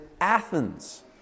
Athens